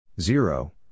zero